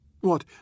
What